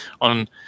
on